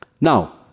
Now